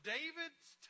David's